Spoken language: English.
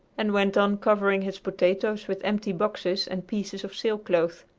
and went on covering his potatoes with empty boxes and pieces of sailcloth.